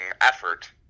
effort